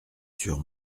sur